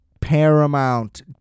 Paramount